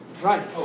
Right